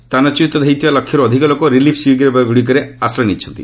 ସ୍ଥାନଚ୍ୟତ ହୋଇଥିବା ଲକ୍ଷେରୁ ଅଧିକ ଲୋକ ରିଲିଫ୍ ଶିବିରଗୁଡ଼ିକରେ ଆଶ୍ରୟ ନେଇଛନ୍ତି